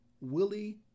Willie